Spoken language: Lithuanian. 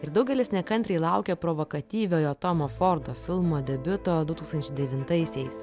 ir daugelis nekantriai laukė provakatyviojo tomo fordo filmo debiuto du tūkstančiai devintaisiais